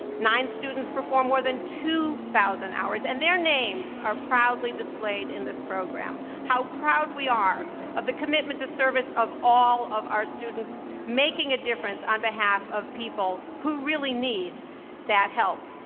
nine students performed more than two thousand hours, and their names are proudly displayed in this program. how proud we are of the commitment to service of all of our students making a difference on behalf of people who really need that help.